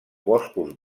boscos